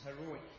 heroic